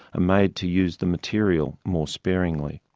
made to use the material. more sparingly.